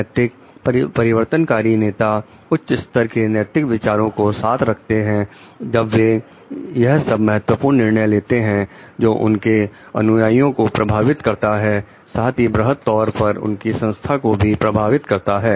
नैतिकता परिवर्तनकारी नेता उच्च स्तर के नैतिक विचारों को साथ रखते हैं जब वे यह सब महत्वपूर्ण निर्णय लेते हैं जो उनके अनुयायियों को प्रभावित करता है साथ ही बृहद तौर पर उनकी संस्था को भी प्रभावित करता है